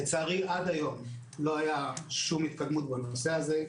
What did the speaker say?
לצערי, עד היום, לא היה שום התקדמות בנושא הזה,